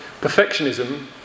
Perfectionism